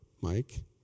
Mike